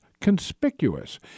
conspicuous